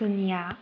ꯁꯨꯅ꯭ꯌꯥ